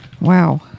Wow